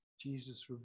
Jesus